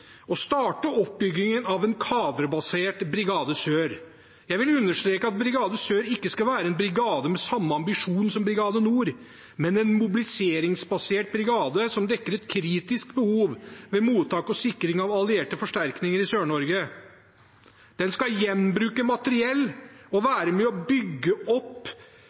å starte oppbyggingen av en kadrebasert Brigade Sør. Jeg vil understreke at Brigade Sør ikke skal være en brigade med samme ambisjon som Brigade Nord, men en mobiliseringsbasert brigade som dekker et kritisk behov, med mottak og sikring av allierte forsterkninger i Sør-Norge. Den skal gjenbruke materiell og være med og bygge opp